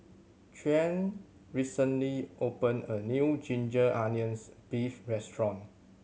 Tyquan recently opened a new ginger onions beef restaurant